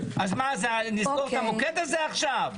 אז מה נסגור את המורד הזה עכשיו?